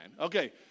Okay